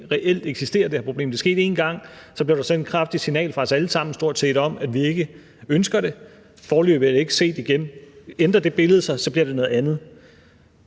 reelt eksisterer. Det skete en gang, og så blev der sendt et kraftigt signal fra stort set os alle sammen om, at vi ikke ønsker det, og foreløbig er det ikke sket igen. Ændrer det billede sig, bliver det noget andet.